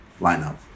lineup